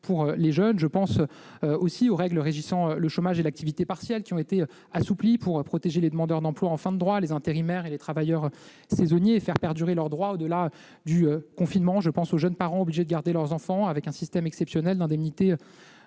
veux également mentionner les règles régissant le chômage et l'activité partiels, règles qui ont été assouplies pour protéger les demandeurs d'emploi en fin de droits, les intérimaires et les travailleurs saisonniers en faisant perdurer leurs droits au-delà du confinement. Je pense aussi aux jeunes parents, obligés de garder leurs enfants, qui ont bénéficié d'un système exceptionnel d'indemnités